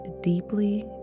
deeply